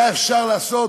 היה אפשר לעשות,